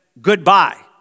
goodbye